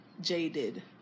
Jaded